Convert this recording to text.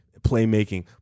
playmaking